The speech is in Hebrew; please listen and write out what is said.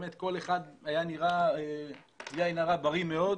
באמת כל אחד היה נראה בלי עין הרע בריא מאוד,